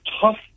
tough